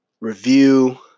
review